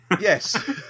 Yes